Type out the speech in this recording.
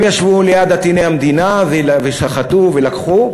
הם ישבו ליד עטיני המדינה וסחטו ולקחו,